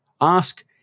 Ask